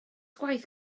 gwaith